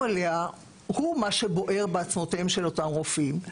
אליה הוא מה שבוער בעצמותיהם של אותם רופאים.